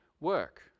work